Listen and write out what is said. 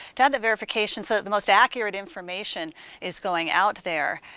to have that verification so that the most accurate information is going out there.